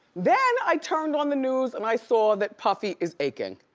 then i turned on the news and i saw that puffy is aching.